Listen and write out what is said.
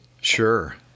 Sure